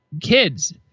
kids